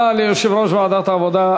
תודה ליושב-ראש ועדת העבודה,